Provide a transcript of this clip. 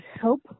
help